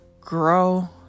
grow